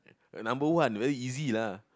number one very easy lah